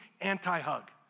anti-hug